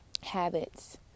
habits